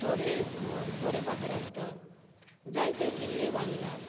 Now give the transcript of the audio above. थोडे बरे फातर आसता जायते किल्ले बांदलात